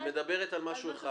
היא מדברת על משהו אחד.